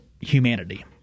humanity